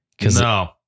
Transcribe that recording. no